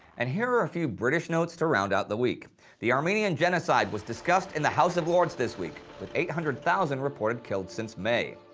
and here are a few british notes to round out the week the armenian genocide was discussed in the house of lords this week, with eight hundred thousand reported killed since may.